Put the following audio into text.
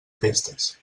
festes